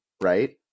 right